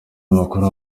makuru